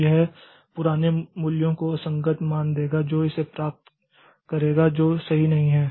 तो यह पुराने मूल्यों को असंगत मान देगा जो इसे प्राप्त करेगा जो सही नहीं है